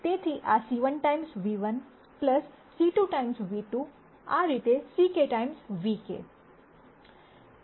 તેથી આ c1 times ν₁ c 2 times ν ₂ બધી રીતે c k ટાઇમ્સ νk